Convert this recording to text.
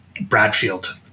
Bradfield